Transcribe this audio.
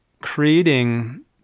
creating